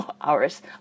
hours